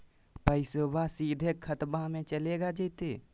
पैसाबा सीधे खतबा मे चलेगा जयते?